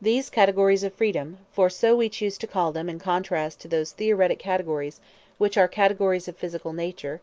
these categories of freedom for so we choose to call them in contrast to those theoretic categories which are categories of physical nature